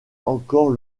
encore